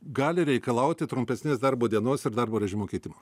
gali reikalauti trumpesnės darbo dienos ir darbo režimo keitimo